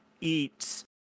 eats